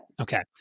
Okay